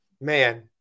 man